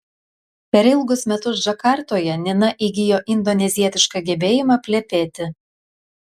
per ilgus metus džakartoje nina įgijo indonezietišką gebėjimą plepėti